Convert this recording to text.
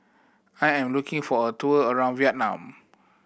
I am looking for a tour around Vietnam